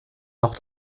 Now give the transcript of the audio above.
noch